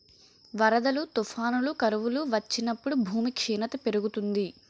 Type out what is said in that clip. వరదలు, తుఫానులు, కరువులు వచ్చినప్పుడు భూమి క్షీణత పెరుగుతుంది